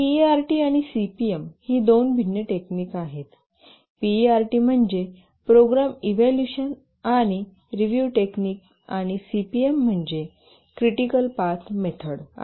PERT आणि CPM ही दोन भिन्न टेक्निक आहेत पीईआरटी म्हणजे प्रोग्राम इव्हाल्युशन आणि रिव्हईव टेक्निक आणि सीपीएम म्हणजे क्रिटिकल पाथ मेथड आहे